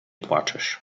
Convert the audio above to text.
płaczesz